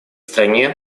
стране